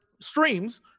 streams